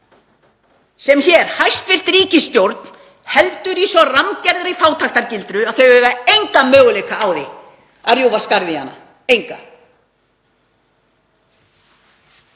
sem hæstv. ríkisstjórn heldur í svo rammgerðri fátæktargildru að það á enga möguleika á því að rjúfa skarð í hana. Enga.